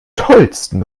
tollsten